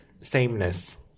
sameness